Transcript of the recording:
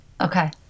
Okay